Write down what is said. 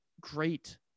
great